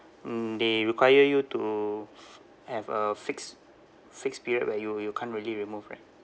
mm they require you to have a fixed fixed period where you you can't really remove right